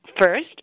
first